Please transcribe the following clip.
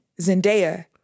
Zendaya